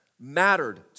mattered